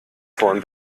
vorne